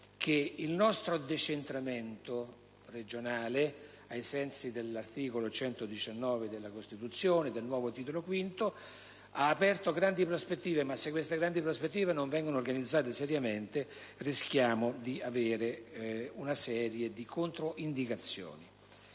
il nostro decentramento regionale, ai sensi dell'articolo 119 della Costituzione, nel nuovo testo, ha aperto grandi prospettive, ma se poi queste ultime non vengono organizzate seriamente, si rischia di determinare una serie di controindicazioni.